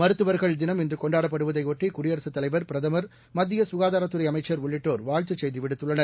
மருத்துவர்கள் தினம் இன்று கொண்டாடப்படுவதையொட்டி குடியரசுத் தலைவர் பிரதமர் மத்திய சுகாதாரத்துறை அமைச்சர் உள்ளிட்டோர் வாழ்த்துச் செய்தி விடுத்துள்னர்